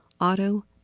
auto